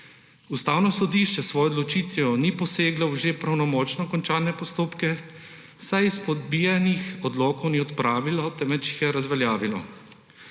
Ustavno sodišče s svojo odločitvijo ni poseglo v že pravnomočno končane postopke, saj izpodbijanih odlokov ni odpravilo, temveč jih je razveljavilo.